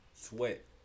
sweat